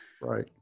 Right